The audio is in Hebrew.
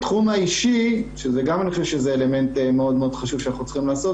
בתחום האנושי שזה גם אלמנט מאוד חשוב שאני חושב שאנחנו צריכים לעשות,